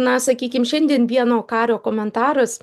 na sakykim šiandien vieno kario komentaras